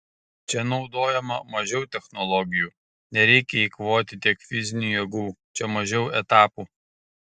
čia naudojama mažiau technologijų nereikia eikvoti tiek fizinių jėgų čia mažiau etapų